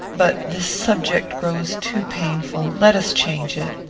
but this subject grows too painful let us change it.